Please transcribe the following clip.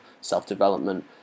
self-development